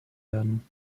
werden